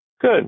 Good